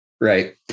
Right